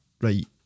right